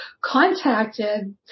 contacted